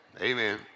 Amen